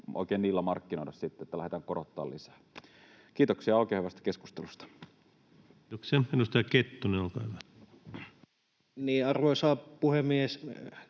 oikein niillä markkinoida sitten, että lähdetään korottamaan lisää. Kiitoksia oikein hyvästä keskustelusta. Kiitoksia. — Edustaja Kettunen, olkaa hyvä. Niin, arvoisa puhemies!